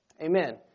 Amen